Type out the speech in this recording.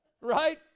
Right